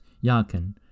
Yakin